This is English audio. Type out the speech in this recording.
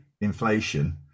inflation